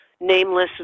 nameless